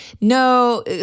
no